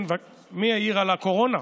כן, מי העיר על הקורונה?